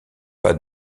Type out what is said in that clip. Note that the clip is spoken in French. pas